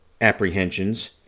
apprehensions